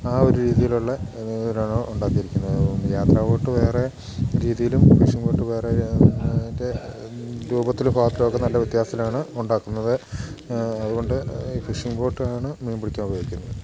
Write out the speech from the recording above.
ആ ഒരു രീതിയിലുള്ള രീതിയിലാണ് ഉണ്ടാക്കിയിരിക്കുന്നത് യാത്ര ബോട്ട് വേറെ രീതിയിലും ഫിഷിങ്ങ് ബോട്ട് വേറെ ൻ്റെ രൂപത്തിലും പാകത്തിലൊക്കെ നല്ല വ്യത്യാസത്തിലാണ് ഉണ്ടാക്കുന്നത് അതുകൊണ്ട് ഈ ഫിഷിങ്ങ് ബോട്ടാണ് മീൻ പിടിക്കാൻ ഉപയോഗിക്കുന്നത്